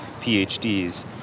PhDs